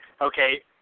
okay